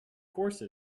course